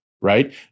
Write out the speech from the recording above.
right